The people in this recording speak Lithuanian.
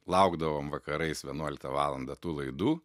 laukdavom vakarais vienuoliktą valandą tų laidų